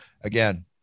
again